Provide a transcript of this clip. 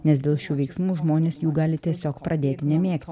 nes dėl šių veiksmų žmonės jų gali tiesiog pradėti nemėgti